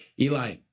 Eli